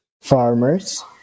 farmers